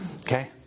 Okay